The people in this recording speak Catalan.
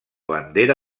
bandera